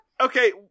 Okay